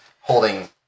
holding